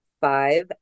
five